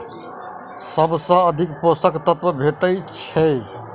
सबसँ अधिक पोसक तत्व भेटय छै?